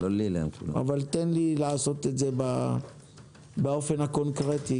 אבל תן לי לעשות את זה באופן הקונקרטי,